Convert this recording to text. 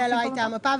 במקרה הזה לא הייתה מפה,